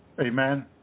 amen